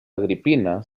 agripina